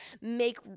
make